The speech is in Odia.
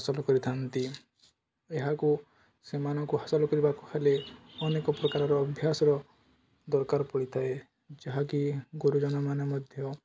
ହାସଲ କରିଥାନ୍ତି ଏହାକୁ ସେମାନଙ୍କୁ ହାସଲ କରିବାକୁ ହେଲେ ଅନେକ ପ୍ରକାରର ଅଭ୍ୟାସର ଦରକାର ପଡ଼ିଥାଏ ଯାହାକି ଗୁରୁଜନମାନେ ମଧ୍ୟ